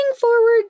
forward